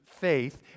faith